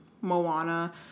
Moana